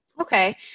Okay